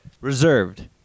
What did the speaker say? reserved